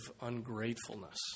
ungratefulness